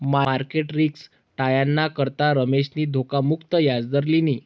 market risk टायाना करता रमेशनी धोखा मुक्त याजदर लिना